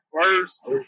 first